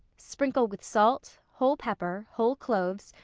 sprinkle with salt, whole pepper, whole cloves,